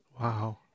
Wow